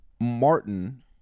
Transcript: martin